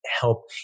help